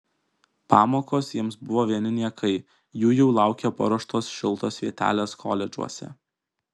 pamokos jiems buvo vieni niekai jų jau laukė paruoštos šiltos vietelės koledžuose